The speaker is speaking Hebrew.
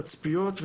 תצפיות,